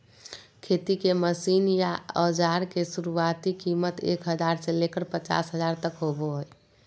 खेती के मशीन या औजार के शुरुआती कीमत एक हजार से लेकर पचास हजार तक होबो हय